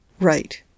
Right